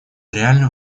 реальную